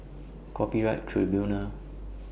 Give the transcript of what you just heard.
Copyright Tribunal